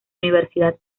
universidad